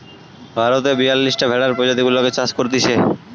ভারতে বিয়াল্লিশটা ভেড়ার প্রজাতি গুলাকে চাষ করতিছে